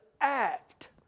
act